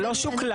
זה לא שוקלל.